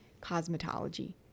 cosmetology